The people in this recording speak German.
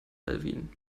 alwin